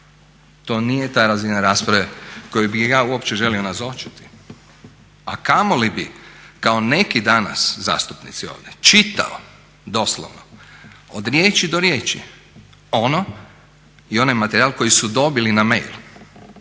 To nije ta razina rasprave koju bi ja uopće želio nazočiti, a kamoli bi kao neki danas zastupnici ovdje čitali doslovno od riječi do riječi ono i onaj materijal koji su dobili na mail,